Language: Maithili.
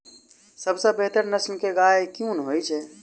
सबसँ बेहतर नस्ल केँ गाय केँ होइ छै?